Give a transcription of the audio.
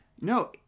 no